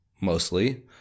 mostly